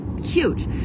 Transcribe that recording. huge